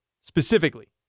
Specifically